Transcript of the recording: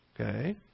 Okay